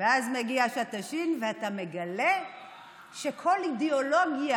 ואז מגיעה שעת השין ואתה מגלה שכל אידיאולוגיה